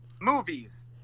movies